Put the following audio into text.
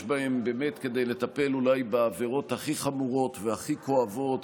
בהם כדי לטפל אולי בעבירות הכי חמורות והכי כואבות